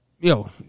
Yo